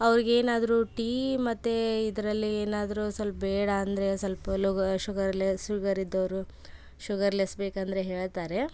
ಅವ್ರಿಗೆ ಏನಾದರು ಟೀ ಮತ್ತು ಇದರಲ್ಲಿ ಏನಾದರು ಸ್ವಲ್ಪ ಬೇಡ ಅಂದರೆ ಸ್ವಲ್ಪ ಲೋಗ್ ಶುಗರ್ಲೆಸ್ ಶುಗರ್ ಇದ್ದವರು ಶುಗರ್ಲೆಸ್ ಬೇಕಂದರೆ ಹೇಳ್ತಾರೆ